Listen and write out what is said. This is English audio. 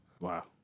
wow